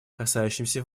касающимся